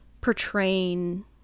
portraying